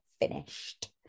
finished